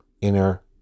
inner